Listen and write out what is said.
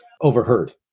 overheard